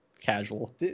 casual